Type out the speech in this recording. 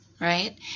right